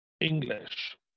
English